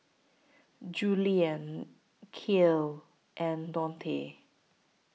Juliann Kyle and Dontae